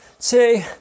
two